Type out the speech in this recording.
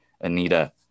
Anita